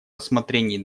рассмотрении